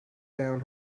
down